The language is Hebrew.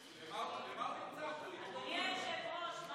למה הוא נמצא פה אם,